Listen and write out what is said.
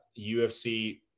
UFC